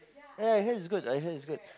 ya I hear is good I hear is good